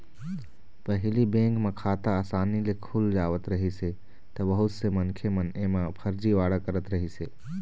पहिली बेंक खाता असानी ले खुल जावत रहिस हे त बहुत से मनखे मन एमा फरजीवाड़ा करत रहिस हे